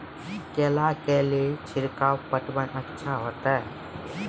केला के ले ली छिड़काव पटवन अच्छा होते?